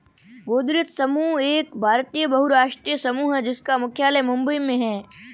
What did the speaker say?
गोदरेज समूह एक भारतीय बहुराष्ट्रीय समूह है जिसका मुख्यालय मुंबई में है